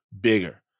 bigger